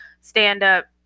stand-up